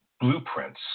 blueprints